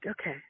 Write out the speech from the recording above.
okay